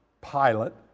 Pilot